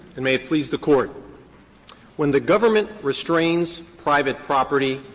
and may it please the court when the government restrains private property,